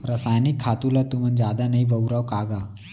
रसायनिक खातू ल तुमन जादा नइ बउरा का गा?